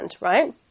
Right